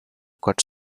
cut